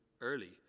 early